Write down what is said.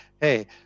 hey